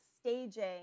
staging